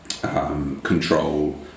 Control